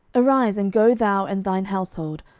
arise, and go thou and thine household,